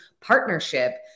partnership